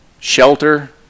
Shelter